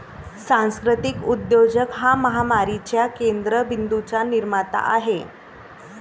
सांस्कृतिक उद्योजक हा महामारीच्या केंद्र बिंदूंचा निर्माता आहे